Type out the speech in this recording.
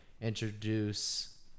introduce